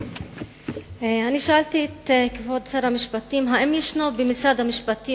אני שאלתי את כבוד שר המשפטים אם יש במשרד המשפטים